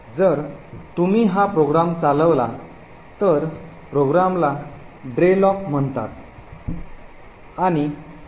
जर तुम्ही हा प्रोग्राम चालवला तर प्रोग्रॅमला dreloc म्हणतात आणि अपेक्षित आउटपुट मिळेल